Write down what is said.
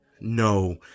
no